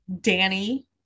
Danny